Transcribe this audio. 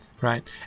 Right